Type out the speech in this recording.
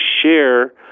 share